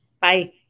Bye